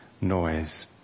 noise